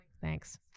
thanks